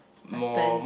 I spend